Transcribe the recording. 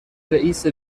رئیس